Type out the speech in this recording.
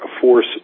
force